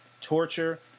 torture